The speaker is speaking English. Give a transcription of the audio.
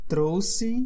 Trouxe